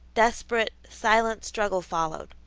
desperate, silent struggle followed.